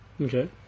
Okay